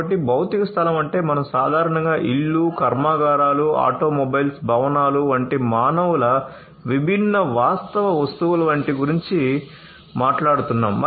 కాబట్టి భౌతిక స్థలం అంటే మనం సాధారణంగా ఇళ్ళు కర్మాగారాలు ఆటోమొబైల్స్ భవనాలు వంటి మానవుల విభిన్న వాస్తవ వస్తువుల వంటి గురించి మాట్లాడుతున్నాము